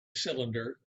cylinder